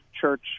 church